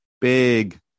big